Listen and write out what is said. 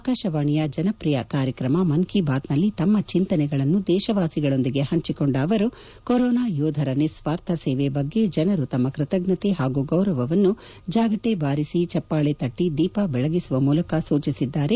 ಆಕಾಶವಾಣಿಯ ಜನಪ್ರಿಯ ಕಾರ್ಯಕ್ರಮ ಮನ್ ಕಿ ಬಾತ್ನಲ್ಲಿ ತಮ್ಮ ಚಿಂತನೆಗಳನ್ನು ದೇಶವಾಸಿಗಳೊಂದಿಗೆ ಹಂಚಿಕೊಂಡ ಅವರು ಕೊರೋನಾ ಯೋಧರ ನಿಸ್ವಾರ್ಥ ಸೇವೆ ಬಗ್ಗೆ ಜನರು ತಮ್ಮ ಕೃತಜ್ಞತೆ ಹಾಗೂ ಗೌರವವನ್ನು ಜಾಗಟೆ ಬಾರಿಸಿ ಚಪ್ಪಾಳಿ ತಟ್ಟಿ ದೀಪ ಬೆಳಗಿಸುವ ಮೂಲಕ ಸೂಚಿಸಿದ್ದಾರೆ